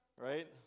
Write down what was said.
right